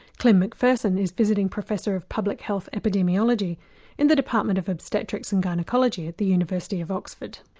klim mcpherson is visiting professor of public health epidemiology in the department of obstetrics and gynaecology at the university of oxford.